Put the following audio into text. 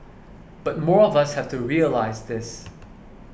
but more of us have to realise this